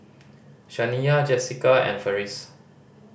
Shaniya Jesica and Ferris